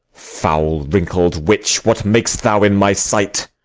foul wrinkled witch, what mak'st thou in my sight?